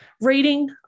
reading